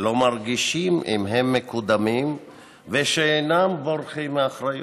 שלא מרגישים אם הם מקודמים ושאינם בורחים מאחריות,